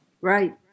Right